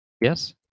Yes